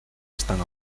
están